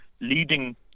leading